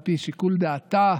על פי שיקול דעתה,